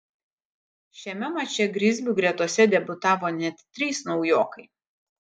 šiame mače grizlių gretose debiutavo net trys naujokai